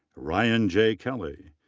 ryan j. kelly.